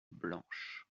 blanche